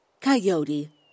Coyote